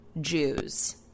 Jews